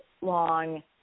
long